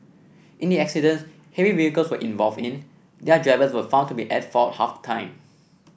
in the accidents heavy vehicles were involved in their drivers were found to be at fault half the time